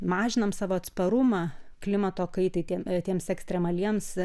mažinam savo atsparumą klimato kaitai tiem tiems ekstremaliems